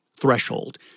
threshold